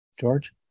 George